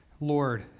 Lord